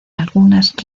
algunas